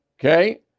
okay